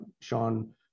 Sean